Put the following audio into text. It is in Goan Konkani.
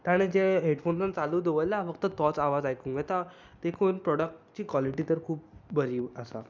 ताणें जे हेडफाॅन्स चालू दवरला फक्त तोच आयकूंक येता देखून प्रोडक्टची काॅलिटी खूब बरी आसा